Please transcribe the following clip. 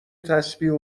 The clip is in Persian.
تسبیح